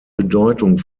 bedeutung